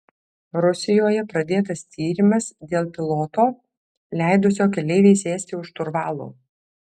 rusijoje pradėtas tyrimas dėl piloto leidusio keleivei sėsti už šturvalo